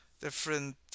Different